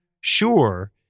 sure